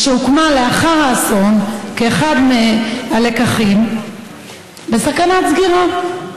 והוקמה לאחר האסון, כאחד מהלקחים, בסכנת סגירה.